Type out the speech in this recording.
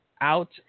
out